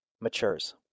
matures